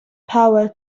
power